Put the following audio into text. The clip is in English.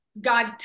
God